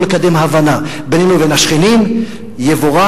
לקדם הבנה בינינו לבין השכנים יבורך,